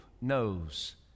knows